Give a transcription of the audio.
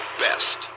best